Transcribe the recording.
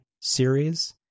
series